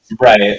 right